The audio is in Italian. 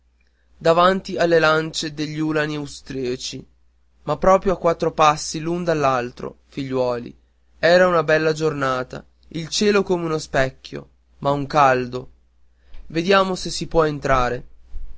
davanti alle lance degli ulani austriaci ma proprio a quattro passi l'un dall'altro figliuoli era una bella giornata il cielo come uno specchio ma un caldo vediamo se si può entrare